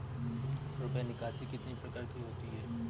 रुपया निकासी कितनी प्रकार की होती है?